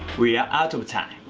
we are out of time.